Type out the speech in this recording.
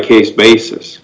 case basis